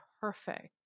perfect